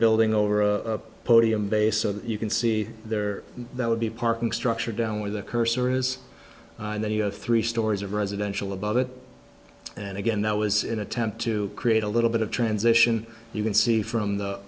building over a podium base so that you can see there that would be parking structure down where the cursor is and then you have three stories of residential above it and again that was in attempt to create a little bit of transition you can see from the